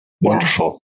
Wonderful